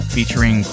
Featuring